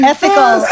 Ethical